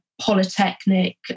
polytechnic